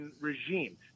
regime